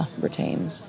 retain